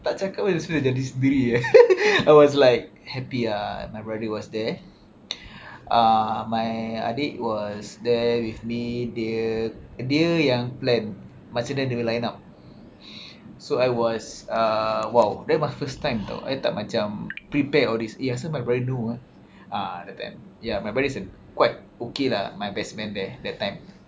tak cakap pun ni semua jadi sendiri eh I was like happy ah my brother was there uh my adik was there with me dia dia yang plan macam mana dia punya line up so I was uh !wow! that's my first time [tau] I tak macam prepare all this eh asal my brother know ah ah that time ya brothers are quite okay lah my best man there that time